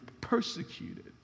persecuted